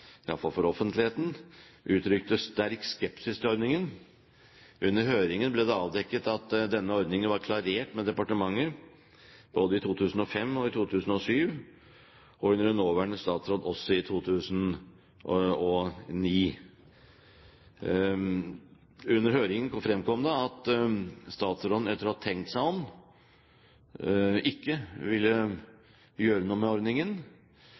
iallfall for offentligheten – uttrykte «sterk skepsis til ordningen». Under høringen ble det avdekket at denne ordningen var klarert med departementet både i 2005 og i 2007, og også i 2009, under den nåværende statsråd. Under høringen fremkom det at statsråden, etter å ha tenkt seg om, ikke ville gjøre noe med ordningen.